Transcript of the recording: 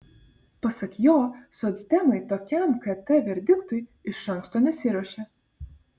pasak jo socdemai tokiam kt verdiktui iš anksto nesiruošė